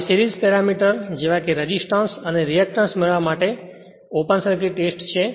હવેસીરીજ parameter જેવા કે resistance અને રેએકટન્સ મેળવવા માટે ઓપન સર્કિટ ટેસ્ટ છે